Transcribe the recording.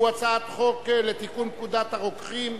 הצעת חוק לתיקון פקודת הרוקחים,